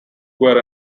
were